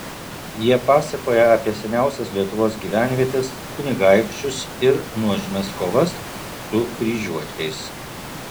jie pasakoja apie seniausias lietuvos gyvenvietes kunigaikščius ir nuožmias kovas su kryžiuočiais